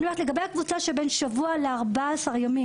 ואני אומרת לגבי הקבוצה של בין שבוע ל-14 ימים,